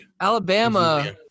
Alabama